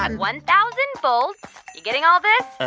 um one thousand bulbs you getting all this?